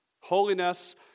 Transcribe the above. Holiness